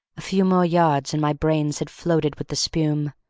a few more yards, and my brains had floated with the spume.